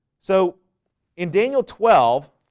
so in daniel twelve